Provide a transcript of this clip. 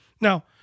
Now